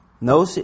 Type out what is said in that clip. no